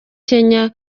kenya